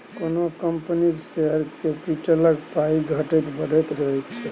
कोनो कंपनीक शेयर कैपिटलक पाइ घटैत बढ़ैत रहैत छै